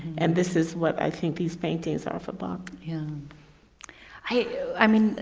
and this is what i think these paintings are about. yeah um i i mean,